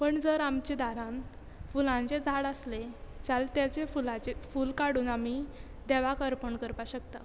पण जर आमच्या दारांत फुलांचें झाड आसलें जाल्यार ताजे फुलाचे फूल काडून आमी देवाक अर्पण करपा शकतात